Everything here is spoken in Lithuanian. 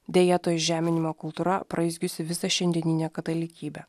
deja to žeminimo kultūra apraizgiusi visą šiandieninę katalikybę